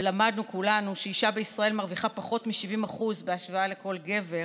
ולמדנו כולנו שאישה בישראל מרוויחה פחות מ-70% בהשוואה לכל גבר,